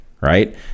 Right